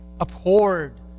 abhorred